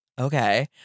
Okay